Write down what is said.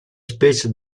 specie